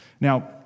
Now